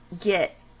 get